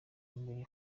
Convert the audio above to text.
mbere